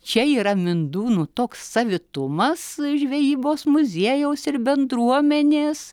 čia yra mindūnų toks savitumas žvejybos muziejaus ir bendruomenės